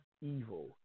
evil